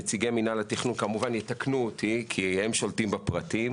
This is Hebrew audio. נציגי מינהל התכנון יתקנו אותי כי הם שולטים בפרטים